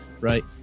Right